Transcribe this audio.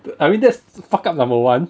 I mean that's fuck up number one